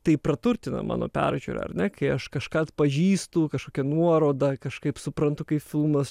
tai praturtina mano peržiūrą ar ne kai aš kažką atpažįstu kažkokią nuorodą kažkaip suprantu kaip filmas